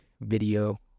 video